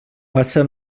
passa